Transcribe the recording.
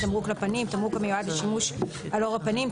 "תמרוק לפנים" תמרוק המיועד לשימוש על עור הפנים,